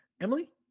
Emily